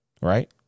Right